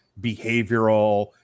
behavioral